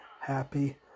happy